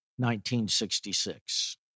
1966